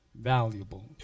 valuable